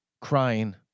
crying